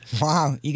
Wow